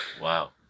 Wow